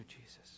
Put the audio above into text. Jesus